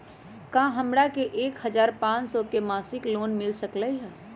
का हमरा के एक हजार पाँच सौ के मासिक लोन मिल सकलई ह?